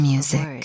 Music